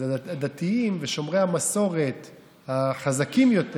אז הדתיים ושומרי המסורת החזקים יותר,